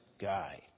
guy